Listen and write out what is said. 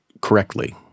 correctly